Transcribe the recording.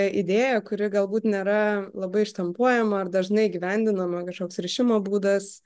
idėją kuri galbūt nėra labai štampuojama ar dažnai įgyvendinama kažkoks rišimo būdas